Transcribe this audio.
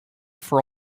for